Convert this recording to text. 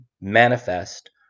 manifest